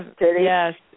Yes